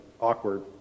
awkward